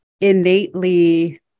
innately